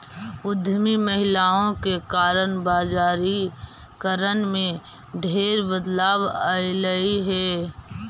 उद्यमी महिलाओं के कारण बजारिकरण में ढेर बदलाव अयलई हे